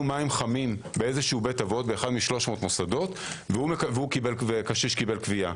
מים חמים באחד מ-300 מוסדות בבית אבות וקשיש קיבל כוויה.